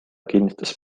kinnitas